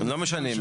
לא משנים,